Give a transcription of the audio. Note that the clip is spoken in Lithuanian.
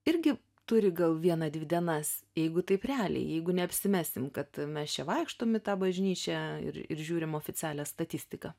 irgi turi gal vieną dvi dienas jeigu taip realiai jeigu neapsimesim kad mes čia vaikštom į tą bažnyčią ir ir žiūrim oficialią statistiką